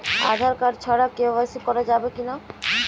Aadhaar card ছাড়া KYC করা যাবে কি না?